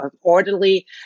orderly